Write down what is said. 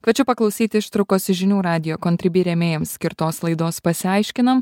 kviečiu paklausyt ištraukos iš žinių radijo contribee rėmėjams skirtos laidos pasiaiškinam